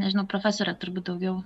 nežinau profesorė turbūt daugiau